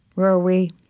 where we